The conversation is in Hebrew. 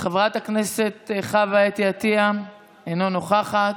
חברת הכנסת חוה אתי עטייה, אינה נוכחת,